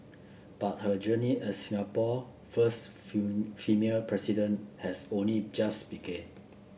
but her journey as Singapore first female President has only just begin